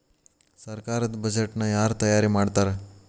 ಸರ್ಕಾರದ್ ಬಡ್ಜೆಟ್ ನ ಯಾರ್ ತಯಾರಿ ಮಾಡ್ತಾರ್?